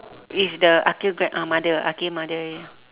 is the aqil grab ah mother aqil mother